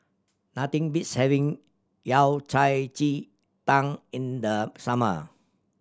nothing beats having Yao Cai ji tang in the summer